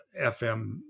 FM